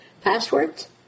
passwords